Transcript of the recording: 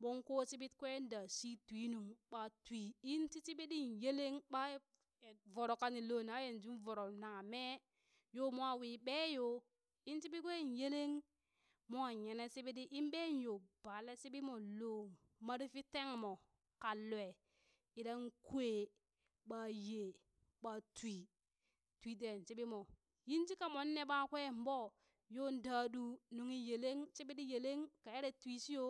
mon koo shiɓit kwee daa shii twi nuŋ ɓa twi in shi shibit yeleng ɓaa voro kanin loo na yanzu voro naa mee yoo mwa wee ɓee yo in shiɓi kwen yeleng mwa yene shiɓit ɗi in ɓee yo ba le shiɓit mmo loo marfii tang moo kalwaa idan kwee ɓa yee ɓaa twi, twi teen shiɓi moo yin shika moon nee ɓakweeŋ ɓoo yoo daɗu nunghi yeleng shiɓi ɗii yeleng ka ere twi shi yo